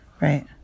right